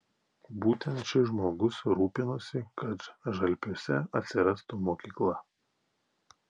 būtent šis žmogus rūpinosi kad žalpiuose atsirastų mokykla